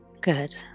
Good